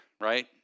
right